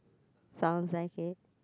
sounds like it